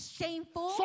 shameful